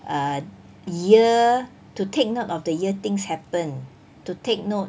err year to take note of the year things happened to take note